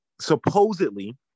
Supposedly